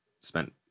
spent